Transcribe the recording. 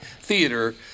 theater